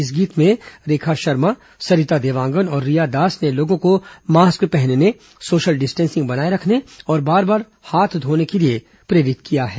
इस गीत में रेखा शर्मा सरिता देवांगन और रिया दास ने लोगों को मास्क पहनने सोशल डिस्टेसिंग बनाए रखने और बार बार हाथ धोने के लिए प्रेरित किया है